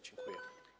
Dziękuję.